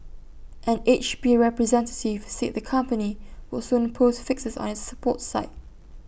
an H P representative said the company would soon post fixes on its support site